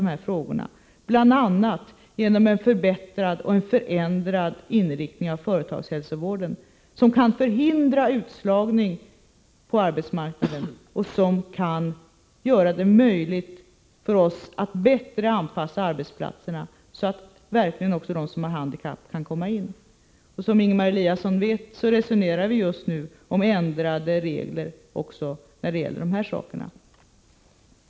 Det kan bl.a. ske genom en förbättrad företagshälsovård som ges en förändrad inriktning, så att den kan förhindra utslagning på arbetsmarknaden och göra det möjligt för oss att bättre anpassa arbetsplatserna så att också de som har handikapp verkligen kan komma in på arbetsmarknaden. Som Ingemar Eliasson vet resonerar vi just nu om ändrade regler också på dessa punkter.